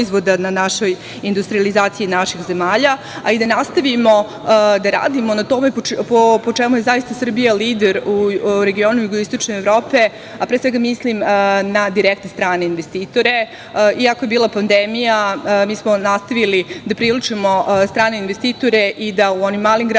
proizvoda na našoj industrijalizaciji naših zemalja, a i da nastavimo da radimo na tome po čemu je zaista Srbija lider u regionu Jugoistočne Evrope, a pre svega mislim na direktne strane investitore. Iako je bila pandemija mi smo nastavili da privlačimo strane investitore i da u onim malih gradovima,